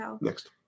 Next